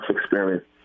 experience